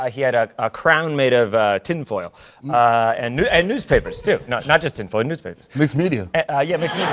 ah he had a ah crown made of tin foil and and newspapers too, not not just tin foil, newspapers. mixed media. ah yeah i mean